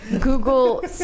Google